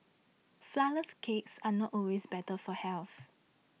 Flourless Cakes are not always better for health